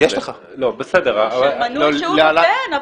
של מנוי שהוא נותן,